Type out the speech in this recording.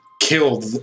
killed